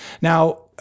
Now